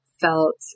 felt